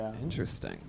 Interesting